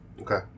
Okay